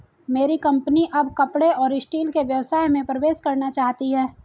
मेरी कंपनी अब कपड़े और स्टील के व्यवसाय में प्रवेश करना चाहती है